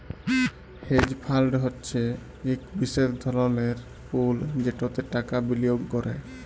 hedge ফাল্ড হছে ইক বিশেষ ধরলের পুল যেটতে টাকা বিলিয়গ ক্যরে